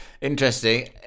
Interesting